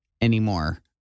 anymore